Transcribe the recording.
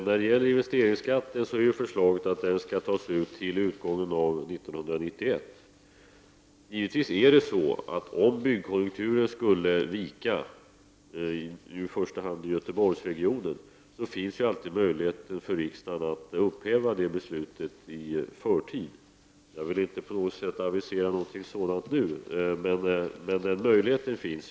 Herr talman! Det är föreslaget att investeringsskatten skall tas ut till utgången av 1991. Givetvis finns det, om byggkonjunkturen skulle vika, i detta falli första hand i Göteborgsregionen, alltid möjlighet för riksdagen att upphäva beslutet i förtid. Jag vill inte på något sätt nu avisera något sådant, men den möjligheten finns.